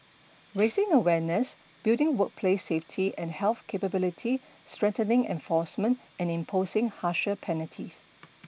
raising awareness building workplace safety and health capability strengthening enforcement and imposing harsher penalties